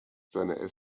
seine